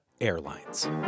Airlines